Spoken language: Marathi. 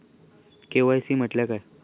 के.वाय.सी म्हटल्या काय?